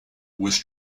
was